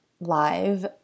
live